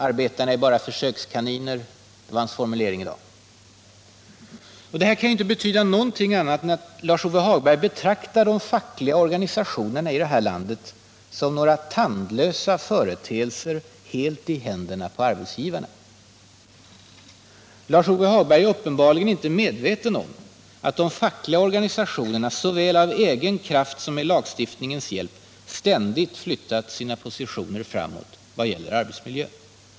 Arbetarna är bara försökskaniner, var hans formulering i dag. Detta kan inte betyda något annat än att Lars-Ove Hagberg betraktar de fackliga organisationerna här i landet som några tandlösa företeelser helt i händerna på arbetsgivarna. Lars-Ove Hagberg är uppenbarligen inte medveten om att de fackliga organisationerna, såväl av egen kraft som med lagstiftningens hjälp, ständigt flyttat sina positioner framåt när det gäller arbetsmiljön.